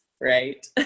right